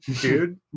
dude